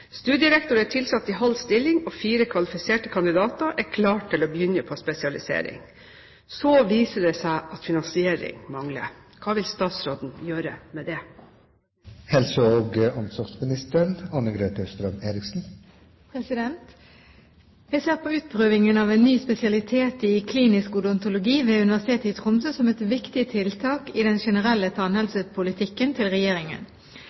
Studierektor er tilsatt i halv stilling, og fire kvalifiserte kandidater er klare til å begynne på spesialiseringen. Så viser det seg at finansiering mangler. Hva vil statsråden gjøre med det?» Jeg ser på utprøvingen av en ny spesialitet i klinisk odontologi ved Universitetet i Tromsø som et viktig tiltak i den generelle tannhelsepolitikken til regjeringen.